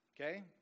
okay